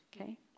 Okay